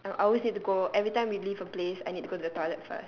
I always need to go every time we leave a place I need to go to the toilet first